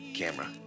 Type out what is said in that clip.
camera